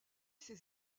ses